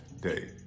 day